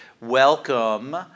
welcome